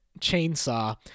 chainsaw